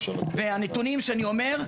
הנתונים שאני אומר,